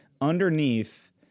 underneath